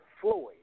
Floyd